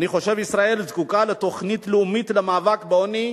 אני חושב שישראל זקוקה לתוכנית לאומית למאבק בעוני,